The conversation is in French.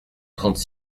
trente